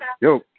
Yo